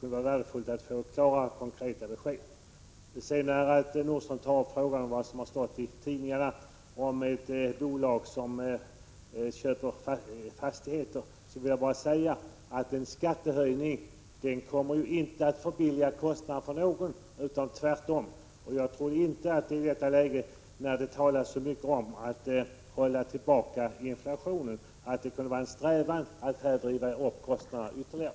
Det vore värdefullt att få klara, konkreta besked. Kjell Nordström tar upp frågan om vad som har stått i tidningarna om ett bolag som köper fastigheter. Jag vill med anledning av detta säga en skattehöjning inte kommer att sänka kostnaderna för någon — tvärtom. När det i detta läge talas så mycket om att hålla tillbaka inflationen tror jag inte att det kan vara en strävan att driva upp kostnaderna ytterligare.